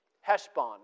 Heshbon